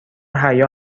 حیا